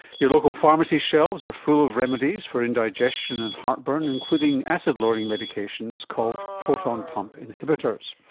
your local pharmacy shelves are full of remedies for indigestion and heartburn, including acid lowering medications called proton pump inhibitors.